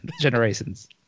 Generations